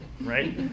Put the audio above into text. right